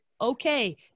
Okay